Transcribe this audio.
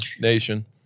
nation